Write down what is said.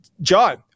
John